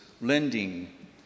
lending